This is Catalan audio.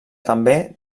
també